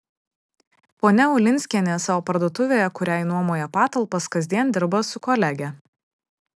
ponia ulinskienė savo parduotuvėje kuriai nuomoja patalpas kasdien dirba su kolege